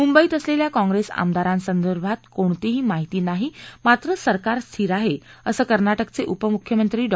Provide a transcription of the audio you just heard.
मुंबईत असलेल्या काँग्रेस आमदारासंदर्भात कोणतीही माहिती नाही मात्र सरकार स्थिर आहे असं कर्नाटकचे उपमुख्यमंत्री डॉ